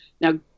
Now